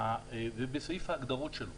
ובסעיף ההגדרות שלו,